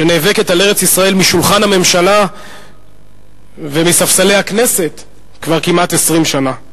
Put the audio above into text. שנאבקת על ארץ-ישראל משולחן הממשלה ומספסלי הכנסת כבר כמעט 20 שנה.